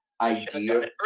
idea